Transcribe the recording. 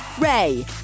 Ray